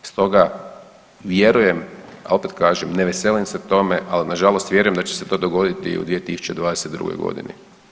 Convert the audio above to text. I stoga vjerujem, a opet kažem ne veselim se tome, ali nažalost vjerujem da će se to dogoditi i u 2022. godini.